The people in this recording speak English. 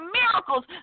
miracles